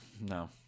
no